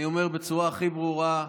אני אומר בצורה הכי ברורה,